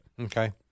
Okay